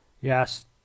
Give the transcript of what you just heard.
Yes